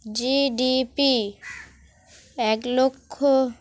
GDP এক লক্ষ